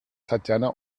tatjana